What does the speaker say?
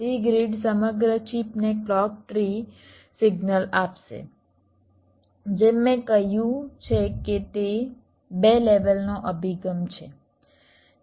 તે ગ્રિડ સમગ્ર ચિપને ક્લૉક ટ્રી સિગ્નલ આપશે જેમ મેં કહ્યું છે કે તે 2 લેવલનો અભિગમ છે